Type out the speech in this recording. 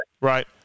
right